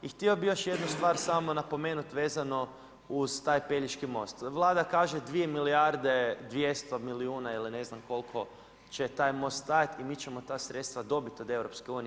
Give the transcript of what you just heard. I htio bi još jednu stvar samo napomenuti vezano uz taj Pelješki most, Vlada kaže 2 milijarde 200 milijuna ili ne znam koliko će taj novac stajati i mi ćemo ta sredstva dobiti od EU.